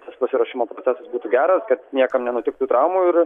tas pasiruošimo procesas būtų geras kad niekam nenutiktų traumų ir